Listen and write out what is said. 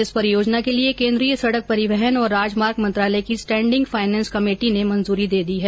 इस परियोजना के लिए केन्द्रीय सड़क परिवहन और राजमार्ग मंत्रालय की स्टैंडिंग फाइनेंस कमेटी ने मंजूरी दे दी है